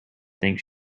think